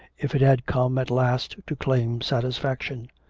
if it had come at last to claim satisfaction?